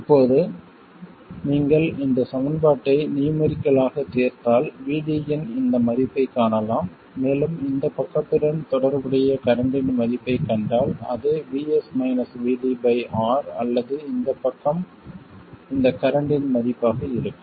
இப்போது நீங்கள் இந்த சமன்பாட்டை நியூமெரிக்கல் ஆகத் தீர்த்தால் VD இன் இந்த மதிப்பைக் காணலாம் மேலும் இந்தப் பக்கத்துடன் தொடர்புடைய கரண்ட்டின் மதிப்பைக் கண்டால் அது R அல்லது இந்த பக்கம் இந்த கரண்ட்டின் மதிப்பாக இருக்கும்